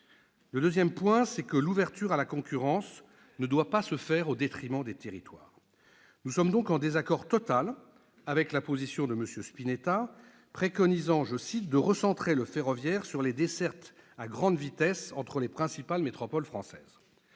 Deuxièmement, l'ouverture à la concurrence ne doit pas se faire au détriment des territoires. Nous sommes donc en désaccord total avec la position de M. Spinetta, préconisant de recentrer le ferroviaire sur « les dessertes à grande vitesse entre les principales métropoles françaises